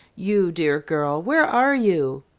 you dear girl, where are you?